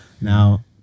Now